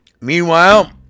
Meanwhile